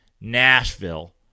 Nashville